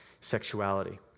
sexuality